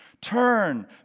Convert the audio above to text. Turn